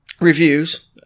reviews